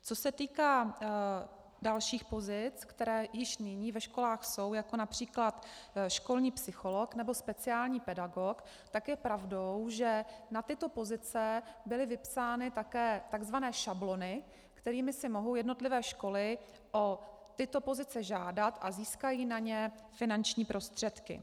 Co se týká dalších pozic, které již nyní ve školách jsou, jako například školní psycholog nebo speciální pedagog, tak je pravdou, že na tyto pozice byly vypsány také tzv. šablony, kterými si mohou jednotlivé školy o tyto pozice žádat a získají na ně finanční prostředky.